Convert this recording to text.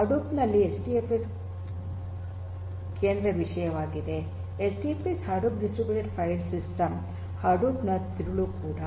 Hadoop ನಲ್ಲಿ HDFS ಕೇಂದ್ರ ವಿಷಯವಾಗಿದೆ HDFS Hadoop distributed file system Hadoop ನ ತಿರುಳು ಕೂಡ